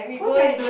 who did i